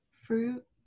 fruit